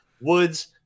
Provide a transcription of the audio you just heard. Woods